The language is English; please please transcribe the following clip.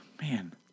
man